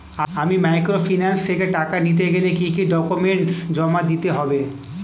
আমি মাইক্রোফিন্যান্স থেকে টাকা নিতে গেলে কি কি ডকুমেন্টস জমা দিতে হবে?